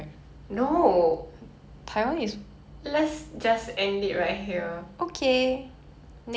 but ya okay on the topic of countries like where would you wanna travel after